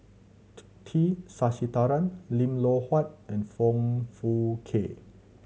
T Sasitharan Lim Loh Huat and Foong Fook Kay